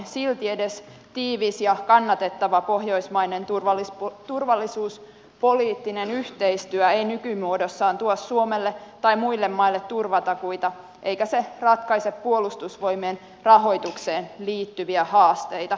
silti edes tiivis ja kannatettava pohjoismainen turvallisuuspoliittinen yhteistyö ei nykymuodossaan tuo suomelle tai muille maille turvatakuita eikä se ratkaise puolustusvoimien rahoitukseen liittyviä haasteita